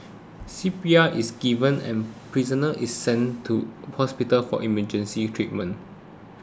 C P R is given and prisoner is sent to hospital for emergency treatment